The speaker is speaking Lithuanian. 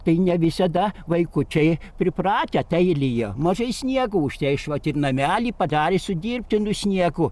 tai ne visada vaikučiai pripratę tai lyja mažai sniego už tai aš vat ir namelį padarė su dirbtiniu sniegu